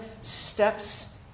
steps